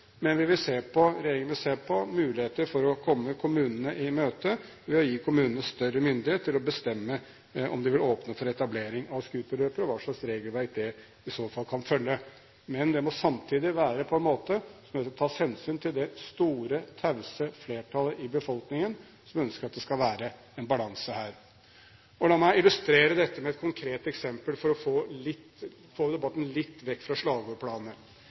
regjeringen vil se på muligheter for å komme kommunene i møte ved å gi kommunene større myndighet til å bestemme om de vil åpne for etablering av scooterløyper, og hva slags regelverk det i så fall kan følge. Men det må samtidig skje på en måte som tar hensyn til det store, tause flertallet i befolkningen som ønsker at det skal være en balanse her. La meg illustrere dette med et konkret eksempel for å få debatten litt vekk fra